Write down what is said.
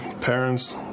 parents